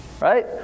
right